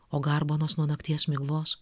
o garbanos nuo nakties miglos